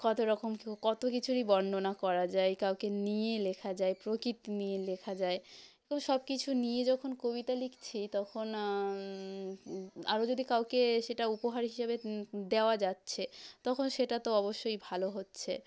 কত রকম কী কত কিছুরই বর্ণনা করা যায় কাউকে নিয়ে লেখা যায় প্রকৃতি নিয়ে লেখা যায় সব কিছু নিয়ে যখন কবিতা লিখছি তখন আরও যদি কাউকে সেটা উপহার হিসেবে দেওয়া যাচ্ছে তখন সেটা তো অবশ্যই ভালো হচ্ছে